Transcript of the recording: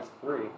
three